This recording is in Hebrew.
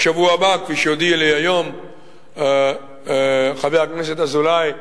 בשבוע הבא, כפי שהודיע לי היום חבר הכנסת אזולאי,